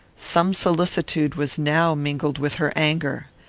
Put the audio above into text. some solicitude was now mingled with her anger.